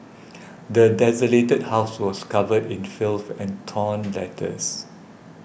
the desolated house was covered in filth and torn letters